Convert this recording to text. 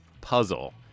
puzzle